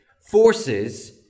forces